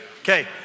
Okay